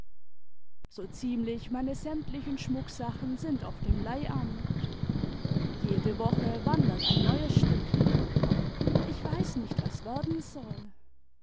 so ziemlich meine sämtlichen schmucksachen sind auf dem leihamt jede woche wandert ein neues stück hin ich weiß nicht was werden soll